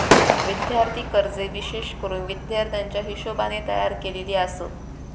विद्यार्थी कर्जे विशेष करून विद्यार्थ्याच्या हिशोबाने तयार केलेली आसत